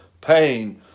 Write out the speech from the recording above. pain